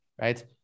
right